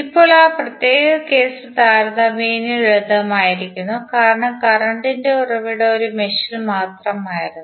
ഇപ്പോൾ ആ പ്രത്യേക കേസ് താരതമ്യേന ലളിതമായിരുന്നു കാരണം കറന്റ് ഉറവിടം ഒരു മെഷിൽ മാത്രമായിരുന്നു